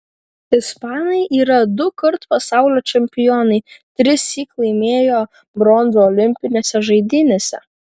ispanai yra dukart pasaulio čempionai trissyk laimėjo bronzą olimpinėse žaidynėse